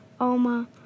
Oma